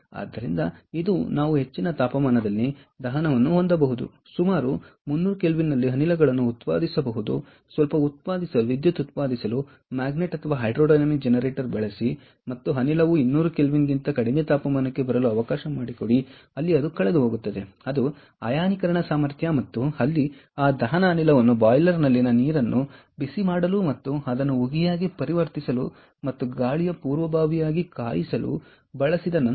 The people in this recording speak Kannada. ಆದ್ದರಿಂದ ಇದು ನಾವು ಹೆಚ್ಚಿನ ತಾಪಮಾನದಲ್ಲಿ ದಹನವನ್ನು ಹೊಂದಬಹುದು ಸುಮಾರು 300 ಕೆ ನಲ್ಲಿ ಅನಿಲಗಳನ್ನು ಉತ್ಪಾದಿಸಬಹುದು ಸ್ವಲ್ಪ ವಿದ್ಯುತ್ ಉತ್ಪಾದಿಸಲು ಮ್ಯಾಗ್ನೆಟ್ ಅಥವಾ ಹೈಡ್ರೊಡೈನಾಮಿಕ್ ಜನರೇಟರ್ ಬಳಸಿ ಮತ್ತು ಅನಿಲವು 200 ಕೆ ಗಿಂತ ಕಡಿಮೆ ತಾಪಮಾನಕ್ಕೆ ಬರಲು ಅವಕಾಶ ಮಾಡಿಕೊಡಿ ಅಲ್ಲಿ ಅದು ಕಳೆದುಹೋಗುತ್ತದೆ ಅದು ಅಯಾನೀಕರಣ ಸಾಮರ್ಥ್ಯ ಮತ್ತು ಅಲ್ಲಿ ಆ ದಹನ ಅನಿಲವನ್ನು ಬಾಯ್ಲರ್ ನಲ್ಲಿನ ನೀರನ್ನು ಬಿಸಿಮಾಡಲು ಮತ್ತು ಅದನ್ನು ಉಗಿಯಾಗಿ ಪರಿವರ್ತಿಸಲು ಮತ್ತು ಗಾಳಿಯ ಪೂರ್ವಭಾವಿಯಾಗಿ ಕಾಯಿಸಲು ಬಳಸಿದ ನಂತರ